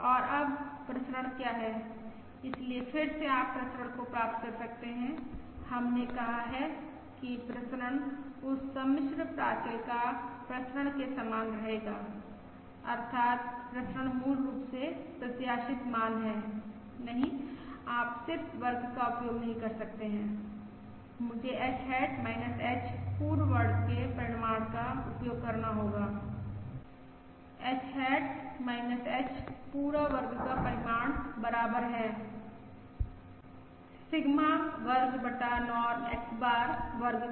और अब प्रसरण क्या है इसलिए फिर से आप प्रसरण को प्राप्त कर सकते हैं हमने कहा कि प्रसरण उस सम्मिश्र प्राचल का प्रसरण के समान रहेगा अर्थात् प्रसरण मूल रूप से प्रत्याशित मान है नहीं आप सिर्फ वर्ग का उपयोग नहीं कर सकते मुझे H हैट H पूरा वर्ग के परिमाण का उपयोग करना होगा H हैट H पूरा वर्ग का परिमाण बराबर है सिग्मा वर्ग बटा नॉर्म X बार वर्ग के